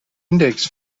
index